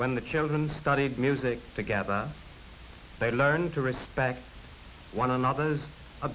when the children study music together they learn to respect one another's a